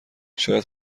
شاید